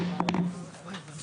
הישיבה ננעלה